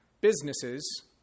businesses